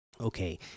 okay